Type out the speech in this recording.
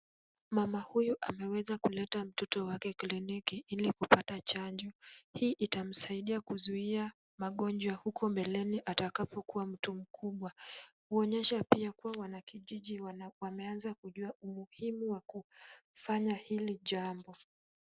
Mama huyu ameweza kuketa mtoto wake kliniki ili kupata chanjo. Hii itamsaidia kuzuia magonjwa huko mbeleni atakapokuwa mtu mkubwa. Inaonyesha pia kuwa wanakijiji wameanza kujua umuhimu wa kufanya hili jambo.